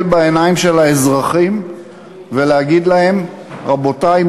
בעיניים של האזרחים ולהגיד להם: רבותי,